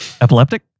Epileptic